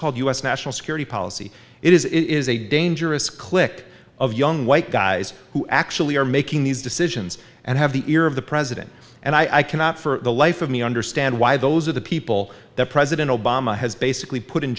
called us national security policy it is it is a dangerous click of young white guys who actually are making these decisions and have the ear of the president and i cannot for the life of me understand why those are the people that president obama has basically put in